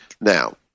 Now